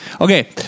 Okay